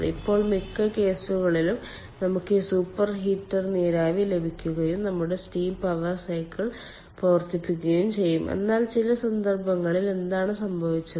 ഇപ്പോൾ മിക്ക കേസുകളിലും നമുക്ക് ഈ സൂപ്പർഹീറ്റർ നീരാവി ലഭിക്കുകയും നമ്മുടെ സ്റ്റീം പവർ സൈക്കിൾ പ്രവർത്തിപ്പിക്കുകയും ചെയ്യാം എന്നാൽ ചില സന്ദർഭങ്ങളിൽ എന്താണ് സംഭവിച്ചത്